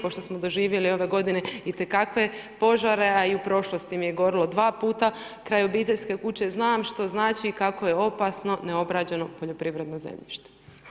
Pošto smo doživjeli ove godine itekakve požare a i u prošlosti mi je gorilo dva puta kraj obiteljske kuće, znam što znači kako je opasno neobrađeno poljoprivredno zemljište.